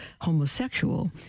homosexual